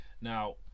Now